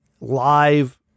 live